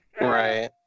Right